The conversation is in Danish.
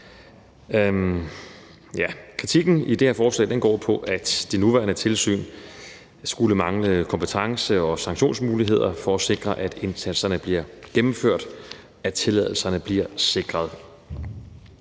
Kritikken i det her forslag går på, at det nuværende tilsyn skulle mangle kompetence og sanktionsmuligheder for at sikre, at indsatserne bliver gennemført, og at tilladelserne bliver sikret.